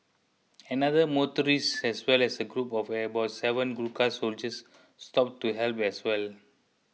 another motorist as well as a group of about seven Gurkha soldiers stopped to help as well